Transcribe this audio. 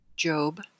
Job